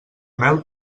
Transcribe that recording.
mel